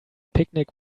picnic